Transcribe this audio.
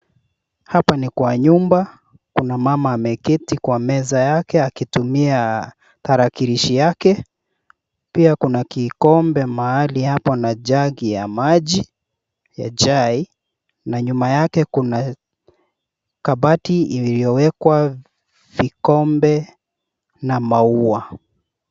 Hapa ni kwa nyumba. Kuna mama ameketi Kwa meza yake akitumia tarakilishi yake. Pia kuna kikombe mahali hapo na jagi ya maji ya chai. Nyuma yake kuna kabati iliyowekwa vikombe na maua.